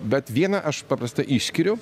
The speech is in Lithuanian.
bet vieną aš paprasta išskiriu